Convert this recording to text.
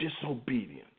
disobedience